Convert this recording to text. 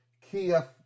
Kia